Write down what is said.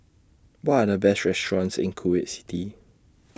What Are The Best restaurants in Kuwait City